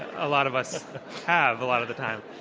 a lot of us have a lot of the time,